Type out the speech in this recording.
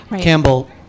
Campbell